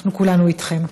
אנחנו כולנו איתכם.